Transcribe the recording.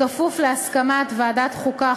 בכפוף להסכמת ועדת החוקה,